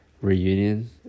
Reunion